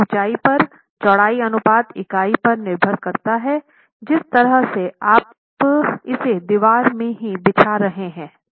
और ऊंचाई पर चौड़ाई अनुपात इकाई पर निर्भर करता है का जिस तरह से आप इसे दीवार में ही बिछा रहे हैं